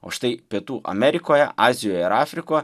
o štai pietų amerikoje azijoje ir afrikoje